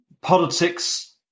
politics